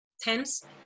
tense